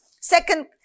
Second